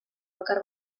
bakar